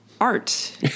art